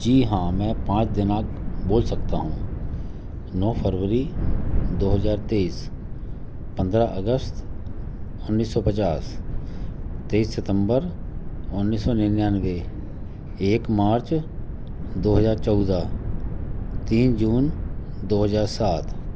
जी हाँ मैं पाँच दिनांक बोल सकता हूँ नौ फरवरी दो हज़ार तेईस पंद्रह अगस्त उन्नीस सौ पचास तेईस सितम्बर उन्नीस सौ निन्यानबे एक मार्च दो हज़ार चौदह तीन जून दो हज़ार सात